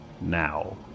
Now